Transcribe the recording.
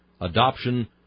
adoption